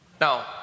Now